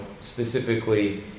specifically